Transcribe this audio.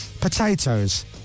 Potatoes